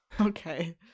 Okay